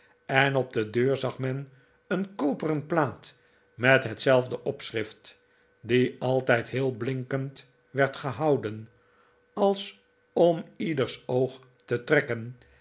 en op de deur zag men een koperen plaat met hetzelfde opschrift die altijd heel blinkend werd gehouden als om ieders oog te trekken